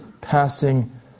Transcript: passing